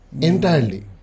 entirely